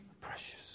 Precious